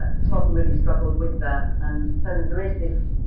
ah some of them really struggled with that and so there is this,